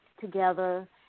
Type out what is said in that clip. together